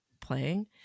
playing